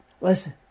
Listen